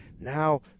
Now